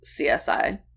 CSI